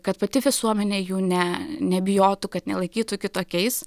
kad pati visuomenė jų ne nebijotų kad nelaikytų kitokiais